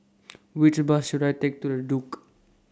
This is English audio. Which Bus should I Take to The Duke